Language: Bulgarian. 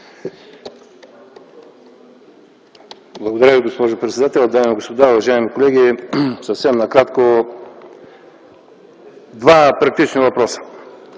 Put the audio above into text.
Благодаря Ви, госпожо председател. Дами и господа, уважаеми колеги! Съвсем накратко – два практични въпроса.